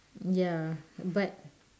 ya but